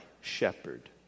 shepherd